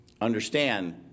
Understand